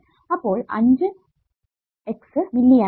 അപ്പോൾ 5 x മില്ലിA